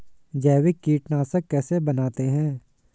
जैविक कीटनाशक कैसे बनाते हैं?